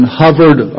hovered